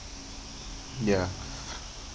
ya